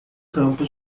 campo